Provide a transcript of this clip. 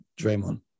Draymond